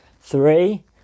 three